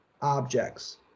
objects